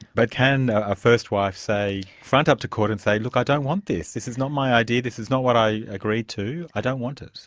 but can a first wife front up to court and say, look, i don't want this. this is not my idea, this is not what i agreed to, i don't want it.